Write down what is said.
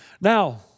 Now